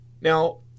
Now